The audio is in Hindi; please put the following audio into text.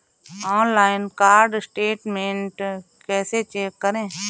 ऑनलाइन कार्ड स्टेटमेंट कैसे चेक करें?